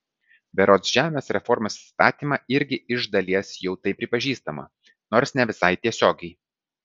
berods žemės reformos įstatyme irgi iš dalies jau tai pripažįstama nors ne visai tiesiogiai